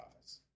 office